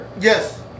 Yes